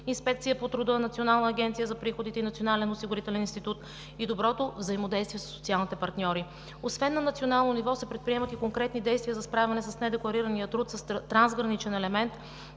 Инспекцията по труда, Националната агенция за приходите и Националният осигурителен институт, и доброто взаимодействие със социалните партньори. Освен на национално ниво, предприемат се и конкретни действия за справяне с недекларирания труд с трансграничен елемент,